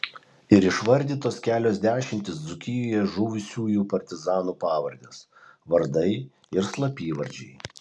ir išvardytos kelios dešimtys dzūkijoje žuvusiųjų partizanų pavardės vardai ir slapyvardžiai